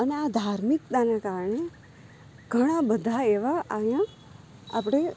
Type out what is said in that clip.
અને આ ધાર્મિકતાના કારણે ઘણા બધા એવા અહીંયાં આપણે